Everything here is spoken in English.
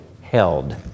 held